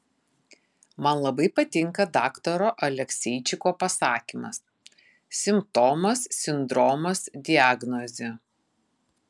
man labai patinka daktaro alekseičiko pasakymas simptomas sindromas diagnozė